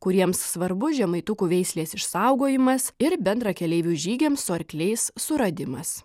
kuriems svarbu žemaitukų veislės išsaugojimas ir bendrakeleivių žygiams su arkliais suradimas